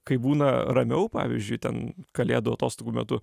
kai būna ramiau pavyzdžiui ten kalėdų atostogų metu